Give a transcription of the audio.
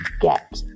get